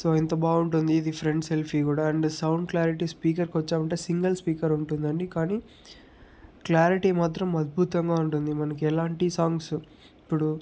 so ఇంత బాగుటుంది ఇది ఫ్రంట్ సెల్ఫీ కూడా అండ్ సౌండ్ క్లారిటీ స్పీకర్కొచ్చామంటే సింగల్ స్పీకర్ ఉంటుందండి కానీ క్లారిటీ మాత్రం అద్భుతంగా ఉంటుంది మనకి ఎలాంటి సాంగ్స్ ఇప్పుడు